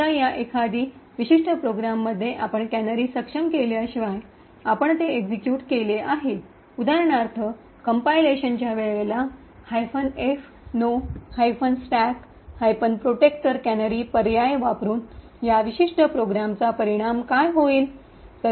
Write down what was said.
समजा या अगदी विशिष्ट प्रोग्राममध्ये आपण कॅनरी सक्षम केल्याशिवाय आपण ते एक्सिक्यूट केले आहे उदाहरणार्थ कम्पाइलेशनच्या वेळी -एफनो स्टॅक प्रोटेक्टर कॅनरी पर्याय वापरुन या विशिष्ट प्रोग्रामचा परिणाम काय होईल